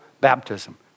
baptism